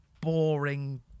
boring